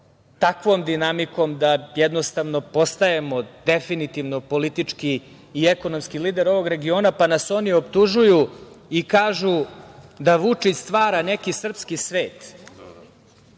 takvom dinamikom da jednostavno postajemo definitivno politički i ekonomski lider ovog regiona, pa nas oni optužuju i kažu da Vučić stvara neki srpski svet,